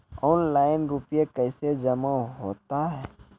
Online रुपये कैसे जमा होता हैं?